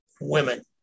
women